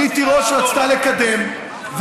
רונית תירוש רצתה לקדם,